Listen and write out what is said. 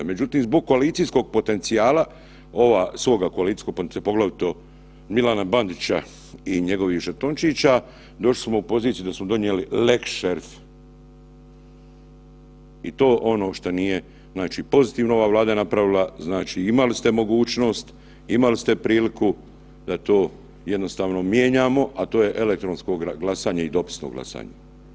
Međutim, zbog koalicijskog potencijala, ova svoga koalicijskog, poglavito Milana Bandića i njegovih žetončića došli smo u poziciju da smo donijeli lex šerif i to je ono šta nije, znači pozitivno ova Vlada je napravila, znači imali ste mogućnost, imali ste priliku da to jednostavno mijenjamo, a to je elektronsko glasanje i dopisno glasanje.